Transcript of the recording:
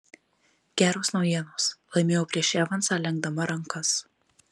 geros naujienos laimėjau prieš evansą lenkdama rankas